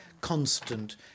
constant